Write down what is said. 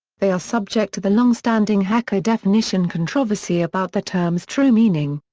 they are subject to the longstanding hacker definition controversy about the term's true meaning.